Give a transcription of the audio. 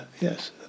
Yes